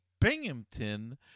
Binghamton